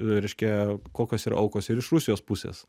reiškia kokios yra aukos ir iš rusijos pusės